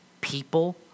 people